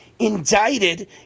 Indicted